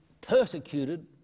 persecuted